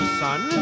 son